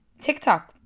TikTok